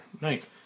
Night